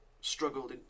struggled